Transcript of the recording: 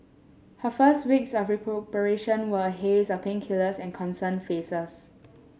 her first weeks of recuperation were a haze of painkillers and concerned faces